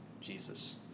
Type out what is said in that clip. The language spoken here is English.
Jesus